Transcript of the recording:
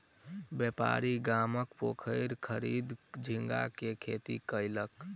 व्यापारी गामक पोखैर खरीद झींगा के खेती कयलक